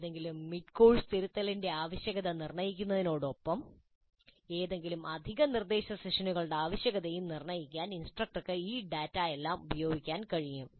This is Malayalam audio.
ഏതെങ്കിലും മിഡ്കോഴ്സ് തിരുത്തലിന്റെ ആവശ്യകത നിർണ്ണയിക്കുന്നതിനൊപ്പം ഏതെങ്കിലും അധിക നിർദ്ദേശ സെഷനുകളുടെ ആവശ്യകതയും നിർണ്ണയിക്കാൻ ഇൻസ്ട്രക്ടർക്ക് ഈ ഡാറ്റയെല്ലാം ഉപയോഗിക്കാൻ കഴിയും